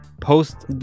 post